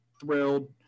thrilled